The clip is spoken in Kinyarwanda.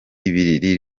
ibiri